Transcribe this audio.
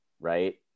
right